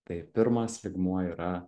tai pirmas lygmuo yra